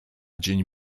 dzień